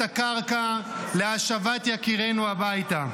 -- הלחץ הזה יכשיר את הקרקע להשבת יקירינו הביתה.